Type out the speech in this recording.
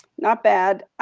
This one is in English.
not bad.